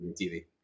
tv